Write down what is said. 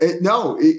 No